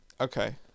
Okay